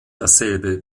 dasselbe